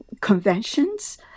conventions